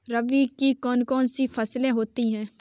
रबी की कौन कौन सी फसलें होती हैं?